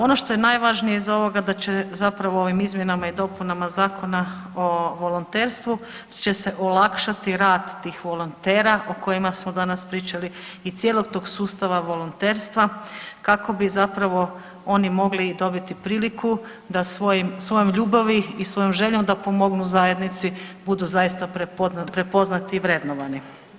Ono što je najvažnije iz ovoga da će zapravo ovim izmjenama i dopunama Zakona o volonterstvu će se olakšati rad tih volontera o kojima smo danas pričali i cijelog tog sustava volonterstva kako bi zapravo oni mogli dobiti priliku da svojom ljubavi i svojom željom da pomognu zajednici, budu zaista prepoznati i vrednovani.